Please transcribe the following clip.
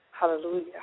hallelujah